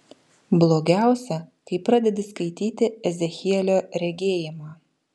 blogiausia kai pradedi skaityti ezechielio regėjimą